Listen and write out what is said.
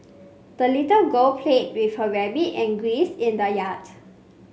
the little girl played with her rabbit and geese in the yard